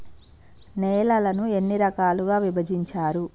నేలలను ఎన్ని రకాలుగా విభజించారు?